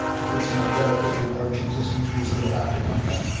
but there's some um relatively large existing trees that'll have to come down.